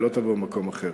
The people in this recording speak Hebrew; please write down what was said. היא לא תבוא ממקום אחר.